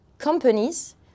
companies